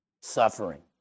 Suffering